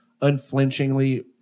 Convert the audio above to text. unflinchingly